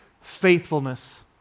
faithfulness